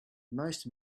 most